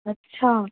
अच्छा